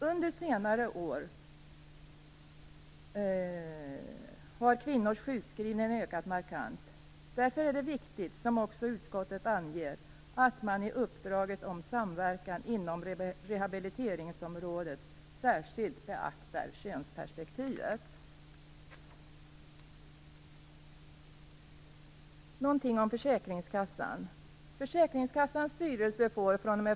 Under senare år har kvinnors sjukskrivning ökat markant, och därför är det viktigt, som också utskottet anger, att man i uppdraget om samverkan inom rehabiliteringsområdet särskilt beaktar könsperspektivet. Jag vill säga någonting om försäkringskassan.